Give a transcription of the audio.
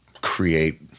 create